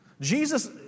Jesus